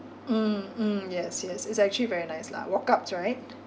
mm mm yes yes it's actually very nice lah walk-ups right